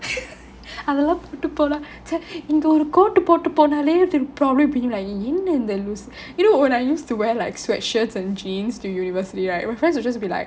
அதெல்லாம் போட்டு போனா இங்கே ஒரு:athellam pottu ponaa inge oru coat போட்டு போனாலே:pottu ponaale they'll probably be like என்ன இந்த லூசு:enna intha loosu you know when I used to wear like sweat shirts and jeans to university right my friends will just be like